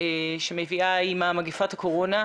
ומתבטא בעיקר במצוקה נפשית גוברת,